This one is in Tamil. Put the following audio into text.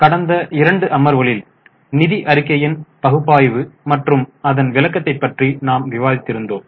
கடந்த இரண்டு அமர்வுகளில் நிதி அறிக்கைகளின் பகுப்பாய்வு மற்றும் அதன் விளக்கத்தை பற்றி நாம் விவாதித்தோம்